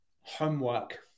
homework